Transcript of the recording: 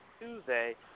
Tuesday